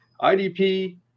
IDP